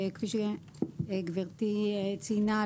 כפי שגברתי ציינה,